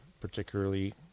particularly